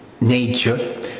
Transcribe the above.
nature